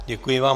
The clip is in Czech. Děkuji vám.